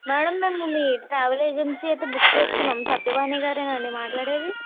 madam మేము అయితే మీ ట్రావెల్ ఏజెన్సీ అయితే బుక్ చేసుకున్నాము సత్యవాణి గారా అండి మాట్లాడేది